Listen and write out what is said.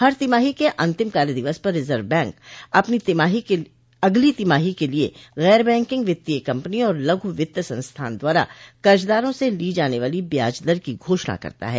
हर तिमाही के अंतिम कार्यदिवस पर रिजर्व बैंक अगली तिमाही के लिए गैर बैंकिंग वित्तीय कम्पिनी और लघु वित्त संस्थान द्वारा कर्जदारों से ली जाने वाली ब्याज दर की घोषणा करता है